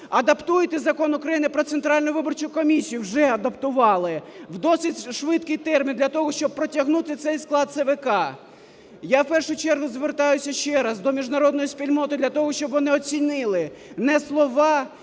адаптуєте Закон України "Про Центральну виборчу комісію", вже адаптували в досить швидкий термін для того, щоб протягнути цей склад ЦВК. Я в першу чергу звертаюся ще раз до міжнародної спільноти для того, щоб вони оцінили не слова,